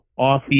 off